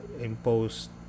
imposed